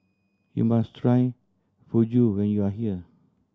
you must try Fugu when you are here